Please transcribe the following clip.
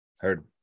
Heard